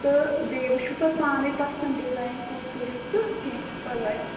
تہٕ بیٚیہِ وُچھِو پَتہٕ پانَے پَسنٛد ڈِزایِن کُس کٔرِو تہٕ کیٚنٛہہ چھُنہٕ پَرواے